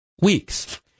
weeks